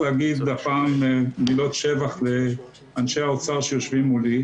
חייבים להשאיר להם מימון מינימלי כדי להחזיק את המשך השירות הזה.